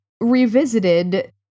revisited